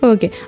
Okay